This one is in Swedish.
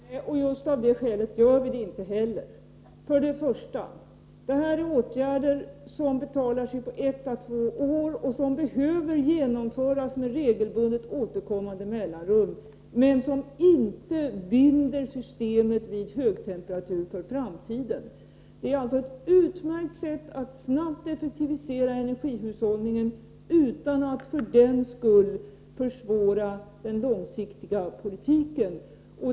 Herr talman! Just av det skälet gör vi det inte heller! Det här gäller åtgärder som betalar sig på ett till två år och som behöver vidtas med regelbundet återkommande intervaller, men som inte binder systemet vid högtemperatur för framtiden. Det är alltså ett utmärkt sätt att snabbt effektivisera energihushållningen utan att för den skull försvåra den långsiktiga politiken.